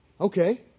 okay